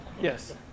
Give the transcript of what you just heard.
Yes